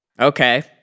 okay